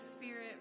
Spirit